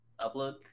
Upload